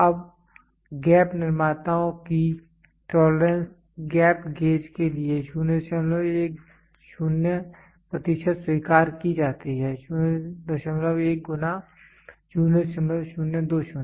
अब गैप निर्माताओं की टोलरेंस गैप गेज के लिए 010 प्रतिशत स्वीकार की जाती है 01 गुना 0020